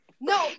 No